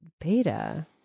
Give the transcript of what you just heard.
Beta